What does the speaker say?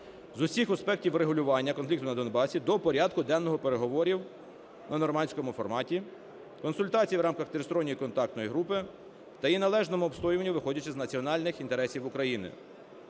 з усіх аспектів врегулювання конфлікту на Донбасі до порядку денного переговорів в "нормандському форматі", консультацій в рамках Тристоронньої контактної групи та її належному обстоюванню, виходячи з національних інтересів України.